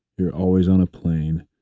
you're always on a plane,